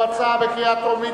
שהוא הצעה בקריאה טרומית,